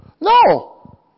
no